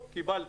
קיבלתי.